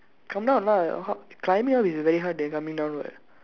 come down or not h~ climbing up is very hard than coming down what